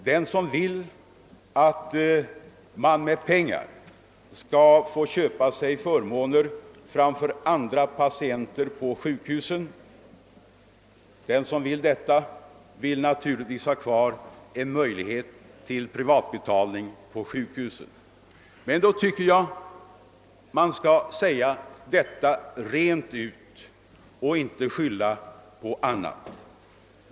Den som vill att man med pengar skall få köpa sig förmåner framför andra patienter på sjukhusen vill naturligtvis ha kvar en möjlighet till privatbetalning på sjukhusen. Men då tycker jag man skall säga detta rent ut och inte skylla på annat.